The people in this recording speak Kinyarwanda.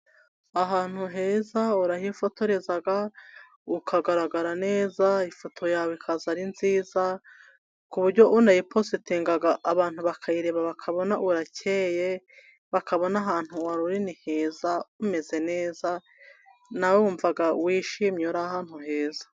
Ahantu heza urahifotoreza ukagaragara neza, ifoto yawe ikaza ari nziza, ku buryo uyipositinga, abantu bakayireba bakabona urakeye, bakabona ahantu wari uri ni heza, umeze neza nawe wumva wishimye, uri ahantu heza.